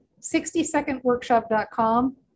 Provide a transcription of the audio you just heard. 60secondworkshop.com